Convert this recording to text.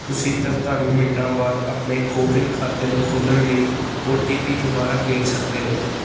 ਤੁਸੀਂ ਤਰਤਾਲੀ ਮਿੰਟਾਂ ਬਾਅਦ ਆਪਣੇ ਕੋਵਿਨ ਖ਼ਾਤੇ ਨੂੰ ਖੋਲ੍ਹਣ ਲਈ ਓ ਟੀ ਪੀ ਦੁਬਾਰਾ ਭੇਜ ਸਕਦੇ ਹੋ